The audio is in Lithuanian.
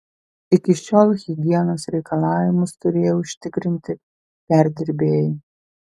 iki šiol higienos reikalavimus turėjo užtikrinti perdirbėjai